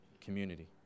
community